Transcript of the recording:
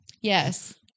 Yes